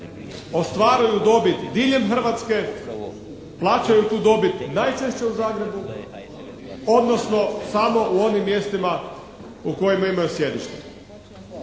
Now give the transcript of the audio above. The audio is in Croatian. ostvaruju dobit diljem Hrvatske, plaćaju tu dobit najčešće u Zagrebu, odnosno samo u onim mjestima u kojima imaju sjedište.